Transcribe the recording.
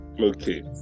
Okay